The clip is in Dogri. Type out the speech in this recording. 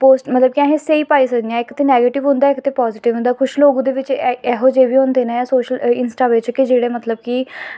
मतलब कि अस स्हेई पाई सकदे आं इक नैगेटिव होंदा इक पाज़िटिव होंदा कुछ लोग ओह्दे बिच्च एहो जेह् बी होंदे न इंस्टा बिच्च कि जेह्ड़े मतलब